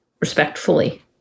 respectfully